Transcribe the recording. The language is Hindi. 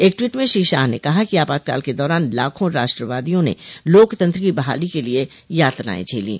एक ट्वीट में श्री शाह ने कहा कि आपातकाल के दौरान लाखों राष्ट्रवादियों ने लोकतंत्र की बहाली के लिए यातनाएं झेलीं